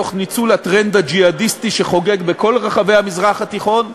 תוך ניצול הטרנד הג'יהאדיסטי שחוגג בכל רחבי המזרח התיכון,